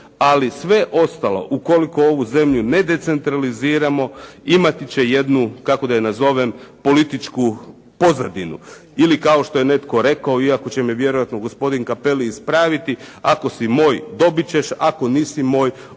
ali sve ostalo ukoliko ovu zemlju ne decentraliziramo imati će jednu kako da je nazovem, političku pozadinu ili kao što je netko rekao iako će me vjerojatno gospodin Cappelli ispraviti, ako si moj dobit ćeš, ako nisi moj